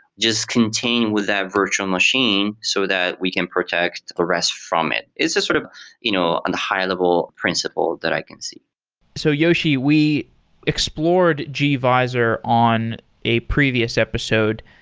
just contain that virtual machine so that we can protect the rest from it. it's a sort of you know on the high-level principle that i can see so, yoshi, we explored gvisor on a previous episode.